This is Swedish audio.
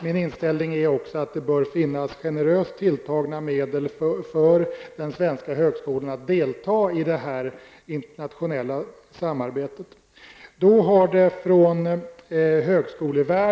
Min inställning är att det bör finnas generöst tilltagna medel för den svenska högskolan att delta i det här internationella samarbetet.